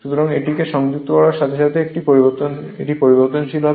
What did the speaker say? সুতরাং এটিকে সংযুক্ত করার সাথে সাথে এটি পরিবর্তনশীল হবে